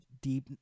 deep